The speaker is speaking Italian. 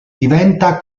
diventa